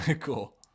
Cool